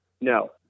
No